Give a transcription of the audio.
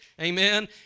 amen